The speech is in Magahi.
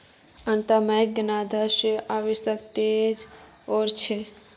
अंतरबैंक ऋणदान स अर्थव्यवस्थात तेजी ओसे छेक